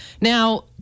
Now